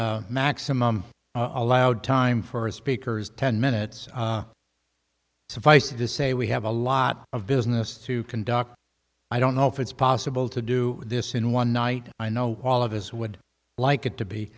the maximum allowed time for a speaker's ten minutes suffice it to say we have a lot of business to conduct i don't know if it's possible to do this in one night i know all of us would like it to be